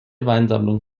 weinsammlung